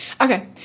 Okay